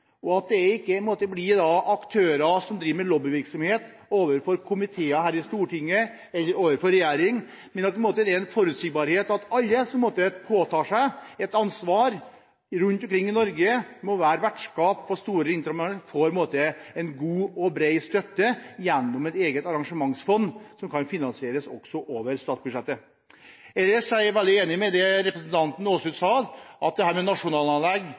og at det ikke blir slik at aktører driver med lobbyvirksomhet overfor komiteer her i Stortinget eller overfor regjeringen, men at det er en forutsigbarhet ved at alle som påtar seg et ansvar rundt omkring i Norge for å være vertskap for store internasjonale arrangement, får god og bred støtte gjennom et eget arrangementsfond som kan finansieres over statsbudsjettet. Ellers er jeg enig i det representanten Aasrud sa om dette med nasjonalanlegg.